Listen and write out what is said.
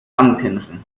anpinseln